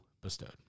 Bestowed